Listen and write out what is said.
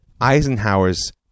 Eisenhower's